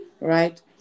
right